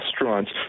restaurants